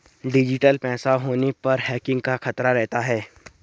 digital पैसा होने पर हैकिंग का खतरा रहता है